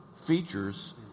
features